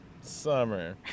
Summer